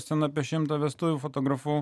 ten apie šimtą vestuvių fotografavau